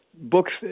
books